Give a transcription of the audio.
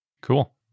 Cool